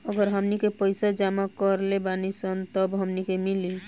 अगर हमनी के पइसा जमा करले बानी सन तब हमनी के मिली